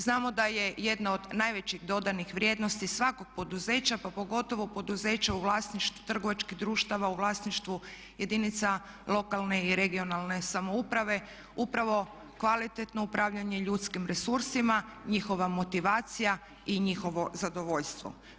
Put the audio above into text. Znamo da je jedna od najvećih dodanih vrijednosti svakog poduzeća, pa pogotovo poduzeća u vlasništvu trgovačkih društava, u vlasništvu jedinica lokalne i regionalne samouprave upravo kvalitetno upravljanje ljudskim resursima, njihova motivacija i njihovo zadovoljstvo.